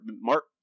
mark